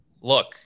look